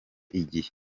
igihe